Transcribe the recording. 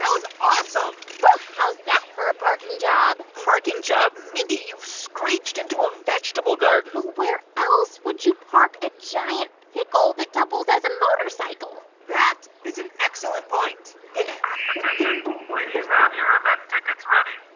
awesome whew. how's that for a parking job? parking job? mindy, you've screeched into a vegetable garden well, where else would you park a giant pickle that doubles as a motorcycle? that is an excellent point attention please have your event tickets ready.